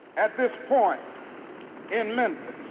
at this point in memphis.